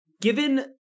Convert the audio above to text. given